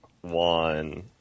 one